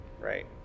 right